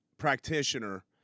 practitioner